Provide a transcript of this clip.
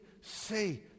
say